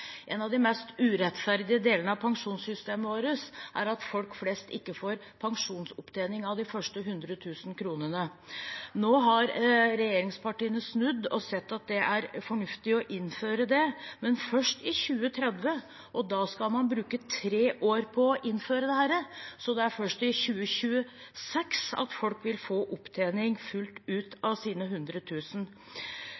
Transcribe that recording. En av de mest urettferdige delene av pensjonssystemet vårt er at folk flest ikke får pensjonsopptjening av de første 100 000 kr. Nå har regjeringspartiene snudd og sett at det er fornuftig å innføre det, men først i 2023, og da skal man bruke tre år på å innføre dette, så det er først i 2026 at folk vil få opptjening fullt ut